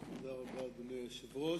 תודה רבה, אדוני היושב-ראש.